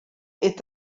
est